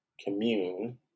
Commune